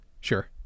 Sure